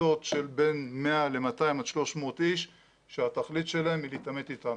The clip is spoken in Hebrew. קבוצות של בין 100 ל-200 עד 300 איש שהתכלית שלהם היא להתעמת איתנו.